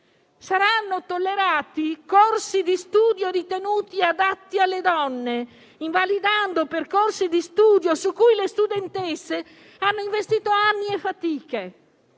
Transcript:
Saranno tollerati corsi di studio ritenuti adatti alle donne, invalidando percorsi di studio su cui le studentesse hanno investito anni e fatiche,